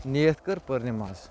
نِیتھ کٔر پٔر نیماز